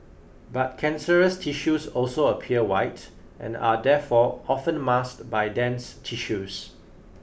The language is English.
but cancerous tissues also appear white and are therefore often masked by dense tissues